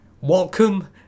welcome